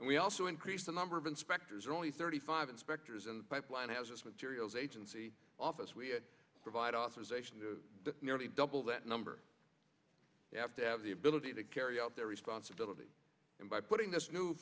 and we also increased the number of inspectors only thirty five inspectors in the pipeline as materials agency office we provide authorization to nearly double that number they have to have the ability to carry out their responsibility and by putting this new